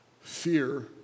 fear